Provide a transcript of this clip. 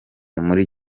muri